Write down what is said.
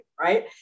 right